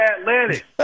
Atlantic